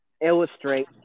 illustrate